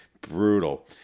brutal